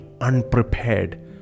unprepared